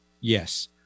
Yes